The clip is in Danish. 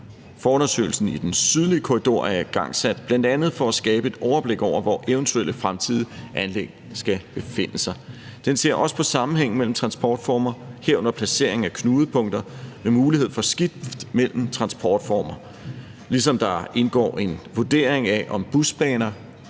Forundersøgelsen af den sydlige korridor er igangsat bl.a. for at skabe et overblik over, hvor eventuelle fremtidige anlæg skal befinde sig. Den ser også på sammenhængen mellem transportformer, herunder placeringen af knudepunkter med mulighed for skift mellem transportformer, ligesom der indgår en vurdering af, om busbaner